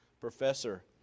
Professor